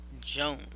jones